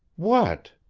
what?